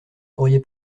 pourriez